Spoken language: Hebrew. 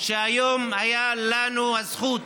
שהיום הייתה לנו הזכות,